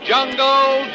Jungle